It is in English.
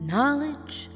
Knowledge